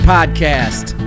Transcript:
Podcast